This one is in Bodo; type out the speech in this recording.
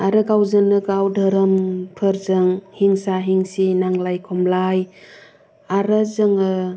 आरो गावजोंनो गाव धोरोमफोरजों हिंसा हिंसि नांलाय खमलाय आरो जोङो